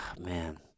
man